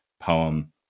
poem